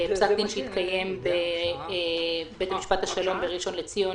פסק דין שהתקיים בבית המשפט השלום בראשון לציון